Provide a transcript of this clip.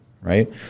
Right